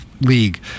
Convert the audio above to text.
league